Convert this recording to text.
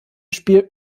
spiel